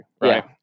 right